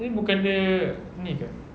tapi bukan dia ini ke